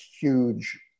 huge